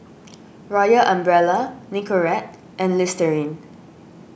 Royal Umbrella Nicorette and Listerine